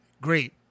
great